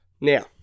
Now